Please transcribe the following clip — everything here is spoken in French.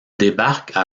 débarquent